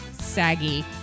saggy